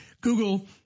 Google